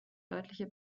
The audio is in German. örtliche